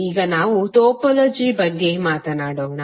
ಈಗ ನಾವು ಟೋಪೋಲಜಿ ಬಗ್ಗೆ ಮಾತನಾಡೋಣ